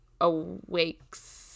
awakes